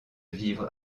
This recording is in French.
vivre